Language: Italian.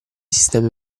sistemi